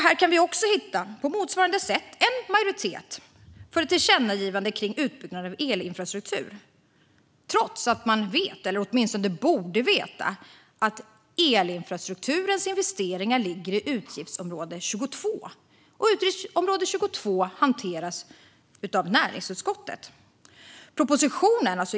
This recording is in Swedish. Här kan vi, på motsvarande sätt, hitta en majoritet för ett tillkännagivande kring utbyggnad av elinfrastruktur, trots att man vet, eller åtminstone borde veta, att elinfrastrukturens investeringar ligger i utgiftsområde 22. Och utgiftsområde 22 hanteras av näringsutskottet.